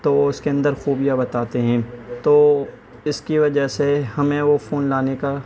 تو وہ اس کے اندر خوبیاں بتاتے ہیں تو اس کی وجہ سے ہمیں وہ فون لانے کا